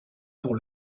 pour